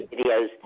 videos